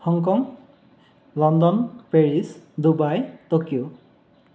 Hong Kong London Paris Dubai Tokyo